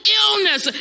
illness